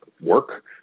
work